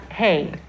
Hey